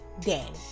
Danny